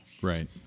Right